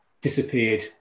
disappeared